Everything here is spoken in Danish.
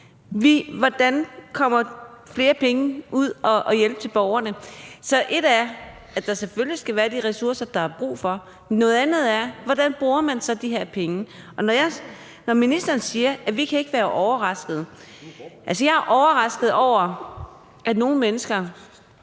der er kommet flere penge ud til hjælp for borgerne. Så et er, at der selvfølgelig skal være de ressourcer, der er brug for, noget andet er, hvordan man så bruger de her penge. Ministeren siger, at vi ikke kan være overrasket. Men jeg vil sige, at jeg altså er